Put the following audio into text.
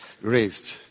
raised